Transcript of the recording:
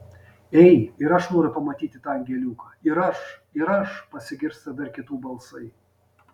ei ir aš noriu pamatyti tą angeliuką ir aš ir aš pasigirsta dar kitų balsai